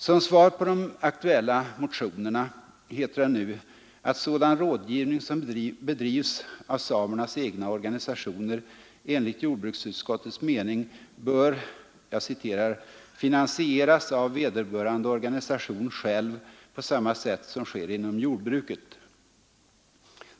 Som svar på de aktuella motionerna heter det nu, att sådan rådgivning som bedrivs av samernas egna organisationer enligt jordbruksutskottets mening bör ”finansieras av vederbörande organisation själv på samma sätt som sker inom t.ex. jordbruket”.